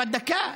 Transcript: אבל דקה.